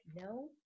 no